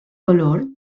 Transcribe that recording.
color